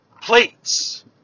Plates